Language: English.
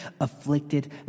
afflicted